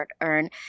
earn